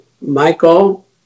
Michael